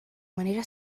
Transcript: manera